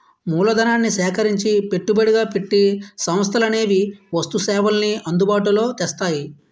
మూలధనాన్ని సేకరించి పెట్టుబడిగా పెట్టి సంస్థలనేవి వస్తు సేవల్ని అందుబాటులో తెస్తాయి